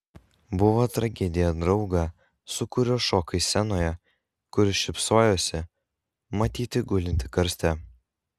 buvo tragedija draugą su kuriuo šokai scenoje kuris šypsojosi matyti gulintį karste